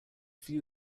view